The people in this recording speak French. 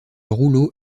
rouleau